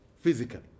physical